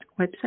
website